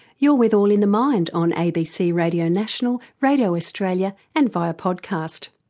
you're with all in the mind on abc radio national, radio australia and via podcast.